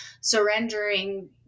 surrendering